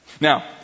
Now